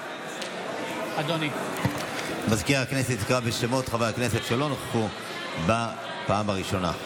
בעד מזכיר הכנסת יקרא בשמות חברי הכנסת שלא נכחו בפעם הראשונה.